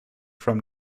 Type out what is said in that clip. from